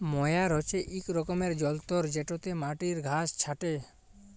ময়ার হছে ইক রকমের যল্তর যেটতে মাটির ঘাঁস ছাঁটে